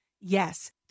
Yes